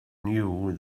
knew